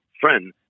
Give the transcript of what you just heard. friend